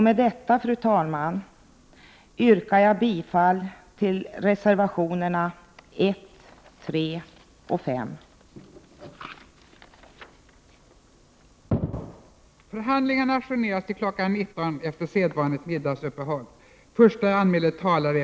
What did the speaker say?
Med detta, fru talman, yrkar jag bifall till reservationerna 1, 3 och 5.